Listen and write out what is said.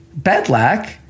Bedlack